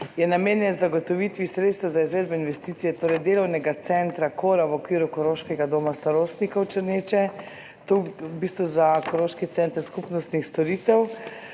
Namenjen je zagotovitvi sredstev za izvedbo investicije, torej delovnega centra KO-RA v okviru Koroškega doma starostnikov Črneče, v bistvu za koroški center skupnostnih storitev,